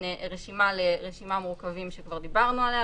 רשימת מעוכבים שכבר דיברנו עליה,